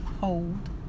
hold